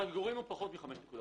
המגורים הם פחות מ-5.1.